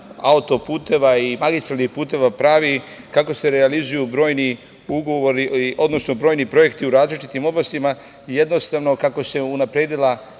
autoputeva i magistralnih puteva pravi, kako se realizuju brojni ugovori, odnosno brojni projekti u različitim oblastima. Jednostavno, kako se unapredila